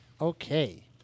Okay